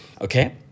okay